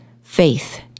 faith